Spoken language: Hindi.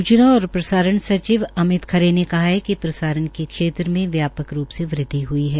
सूचना और प्रसारण सचिव अमित खरे ने कहा है कि प्रसारण के क्षेत्र में व्यापक रूप से वृद्वि हुई है